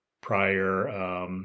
prior